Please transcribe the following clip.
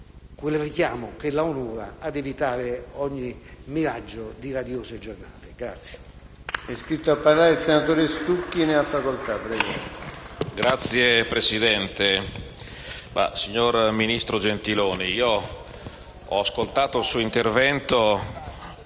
quel richiamo, che la onora, ad evitare ogni miraggio di «radiose giornate».